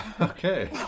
Okay